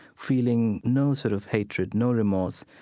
feeling no sort of hatred, no remorse.